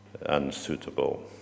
unsuitable